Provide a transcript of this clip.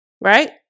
Right